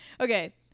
okay